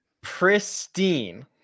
pristine